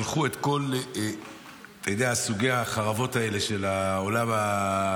שלחו את כל סוגי החרבות האלה של העולם המתקדם: